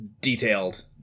detailed